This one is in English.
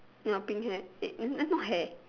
no pink hair eh th~ that's not hair